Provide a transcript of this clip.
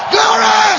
Glory